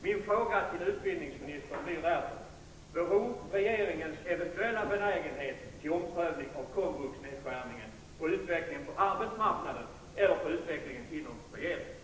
Min fråga till utbildningsministern blir därför: Beror regeringens eventuella benägenhet till omprövning av komvuxnedskärningen på utvecklingen på arbetsmarknaden eller på utvecklingen inom regeringen?